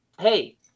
hey